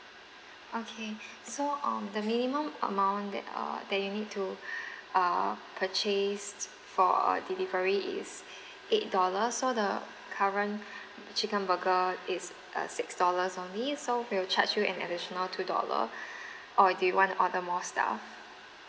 okay so um the minimum amount that uh that you need to uh purchase for a delivery is eight dollar so the current chicken burger is uh six dollars only so we'll charge you an additional two dollar or do you want to order more stuff